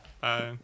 Bye